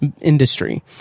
industry